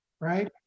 right